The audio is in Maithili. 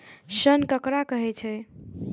ऋण ककरा कहे छै?